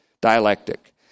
dialectic